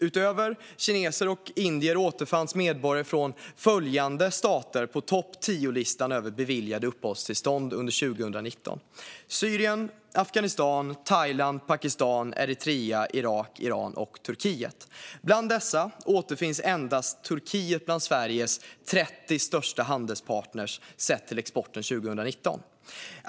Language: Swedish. Utöver kineser och indier återfanns medborgare från följande stater på topp-tio-listan över beviljade uppehållstillstånd under 2019: Syrien, Afghanistan, Thailand, Pakistan, Eritrea, Irak, Iran och Turkiet. Bland dessa återfinns endast Turkiet bland Sveriges 30 största handelspartner sett till exporten år 2019.